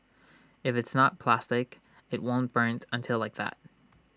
if it's not plastic IT won't burn until like that